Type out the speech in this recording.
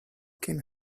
king